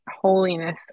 holiness